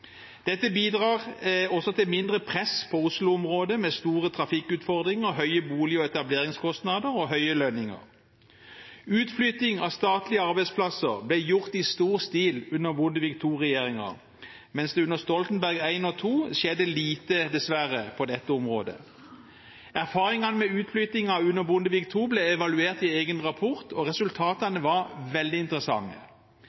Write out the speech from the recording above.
Dette bidrar også til mindre press på Oslo-området, med store trafikkutfordringer, høye bolig- og etableringskostnader og høye lønninger. Utflytting av statlige arbeidsplasser ble gjort i stor stil under Bondevik II-regjeringen, mens det under Stoltenberg I og II skjedde lite, dessverre, på dette området. Erfaringene med utflyttingen under Bondevik II ble evaluert i en egen rapport, og resultatene var veldig interessante.